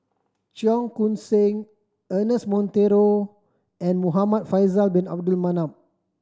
Cheong Koon Seng Ernest Monteiro and Muhamad Faisal Bin Abdul Manap